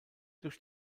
durch